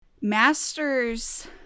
Masters